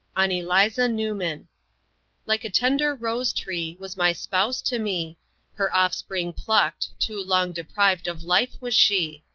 on eliza newman like a tender rose tree was my spouse to me her offspring pluckt too long deprived of life was she.